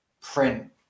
print